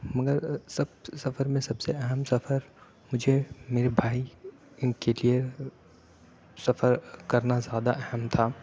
مگر سفر میں سب سے اہم سفر مجھے میرے بھائی اِن کے لیے سفر کرنا زیادہ اہم تھا